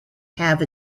have